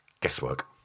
Guesswork